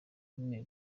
bemeye